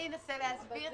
אני אנסה להסביר.